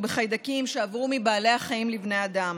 בחיידקים שעברו מבעלי החיים לבני האדם.